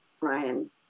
Ryan